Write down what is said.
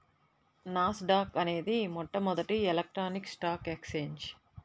నాస్ dock అనేది మొట్టమొదటి electronic stock exchange